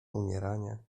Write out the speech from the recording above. umierania